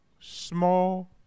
small